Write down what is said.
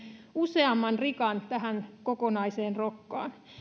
useamman rikan tähän kokonaiseen rokkaan